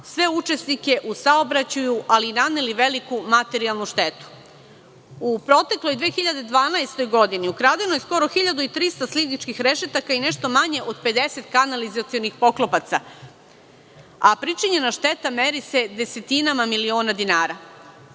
sve učesnike u saobraćaju, ali i naneli veliku materijalnu štetu.U protekloj 2012. godini ukradeno je skoro 1300 slivničkih rešetaka i nešto manje od 50 kanalizacionih poklopaca. Pričinjena šteta meri se desetinama miliona